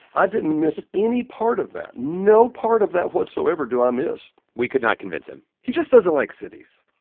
i didn't miss any part of that. no part of that whatsoever do i miss we could not convince him he just doesn't like cities.